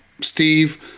steve